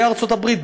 בארצות הברית,